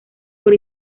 por